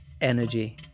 energy